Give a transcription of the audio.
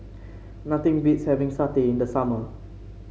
nothing beats having satay in the summer